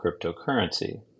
cryptocurrency